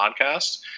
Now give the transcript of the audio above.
podcast